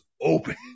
open